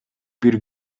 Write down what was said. бир